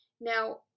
Now